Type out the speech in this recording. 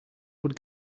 would